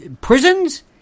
Prisons